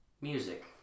Music